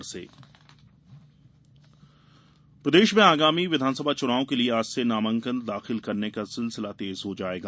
नामांकन प्रदेश में आगामी विधानसभा चुनाव के लिए आज से नामांकन दाखिल करने का सिलसिला तेज हो जायेगा